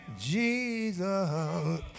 Jesus